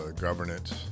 governance